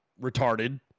retarded